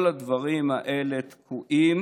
כל הדברים האלה תקועים